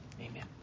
Amen